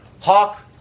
Hawk